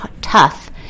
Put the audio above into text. tough